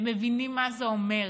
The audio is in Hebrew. מבינים מה זה אומר.